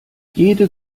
jede